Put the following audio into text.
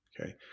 okay